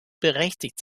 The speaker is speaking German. berechtigt